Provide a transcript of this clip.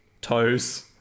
toes